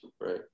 right